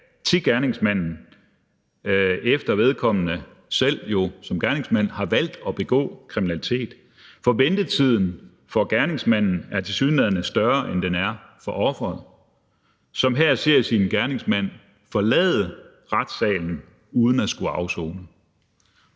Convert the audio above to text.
tage til gerningsmanden, efter at vedkommende jo selv som gerningsmand har valgt at begå kriminalitet, for ventetiden for gerningsmanden er tilsyneladende større, end den er for offeret, som her ser sin gerningsmand forlade retssalen uden at skulle afsone.